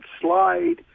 slide